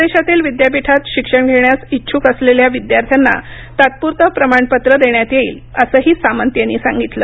परदेशातील विद्यापीठात शिक्षण घेण्यास इच्छुक असलेल्या विद्यार्थ्यांना तात्पुरते प्रमाणपत्र देण्यात येईल असंही सामंत यांनी सांगितलं